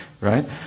right